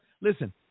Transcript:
listen